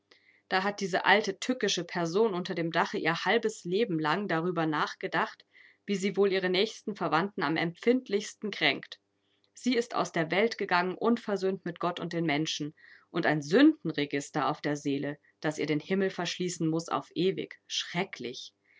da hat diese alte tückische person unter dem dache ihr halbes leben lang darüber nachgedacht wie sie wohl ihre nächsten verwandten am empfindlichsten kränkt sie ist aus der welt gegangen unversöhnt mit gott und den menschen und ein sündenregister auf der seele das ihr den himmel verschließen muß auf ewig schrecklich